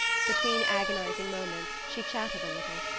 between agonizing moments, she chatted a little,